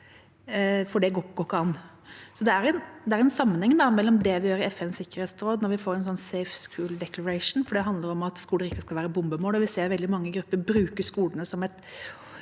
for det går ikke an. Det er en sammenheng med det vi gjør i FNs sikkerhetsråd med «safe schools declaration», for det handler om at skoler ikke skal være bombemål. Vi ser at veldig mange grupper bruker skolene som